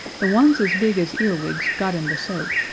the ones as big as earwigs got in the soap,